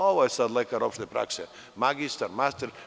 Ovo je sad lekar opšte prakse magistar, master.